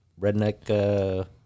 Redneck